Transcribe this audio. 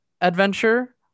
adventure